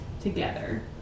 together